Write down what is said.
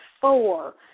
four